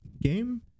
game